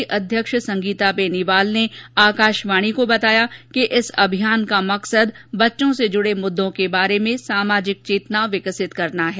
आयोग की अध्यक्ष संगीता बेनीवाल ने आकाशवाणी को बताया कि इस अमियान का मकसद बच्चों से जुड़े मुद्दों के बारे में सामाजिक चेतना विकसित करना है